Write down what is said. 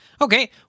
Okay